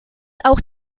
auch